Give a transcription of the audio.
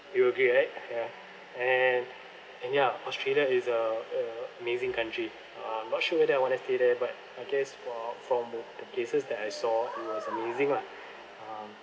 you agree right yeah and and yeah australia is a a amazing country um not sure whether I wanna stay there but I guess for from the places that I saw it was amazing lah um